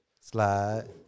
slide